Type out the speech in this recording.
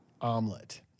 omelet